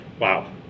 Wow